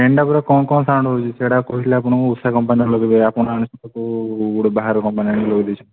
fan ଟା ପୁରା କଁ କଁ ସାଉଣ୍ଡ ହେଉଛି ସେଇଟା କହିଥିଲି ଆପଣଙ୍କୁ ଉଷା କମ୍ପାନୀର ଲଗେଇବେ ଆପଣ ଆଣିଛନ୍ତି କେଉଁ ବାହାର କମ୍ପାନୀର ଆଣିକି ଲଗେଇ ଦେଇଛନ୍ତି